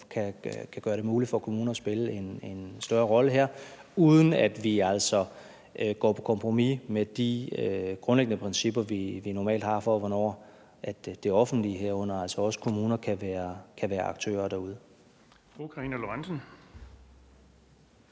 kan gøre det muligt for kommuner at spille en større rolle her, uden at vi altså går på kompromis med de grundlæggende principper, som vi normalt har for, hvornår det offentlige, herunder også kommuner, kan være aktører derude.